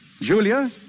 Julia